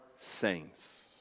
saints